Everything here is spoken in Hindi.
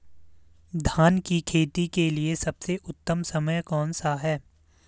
धान की खेती के लिए सबसे उत्तम समय कौनसा है?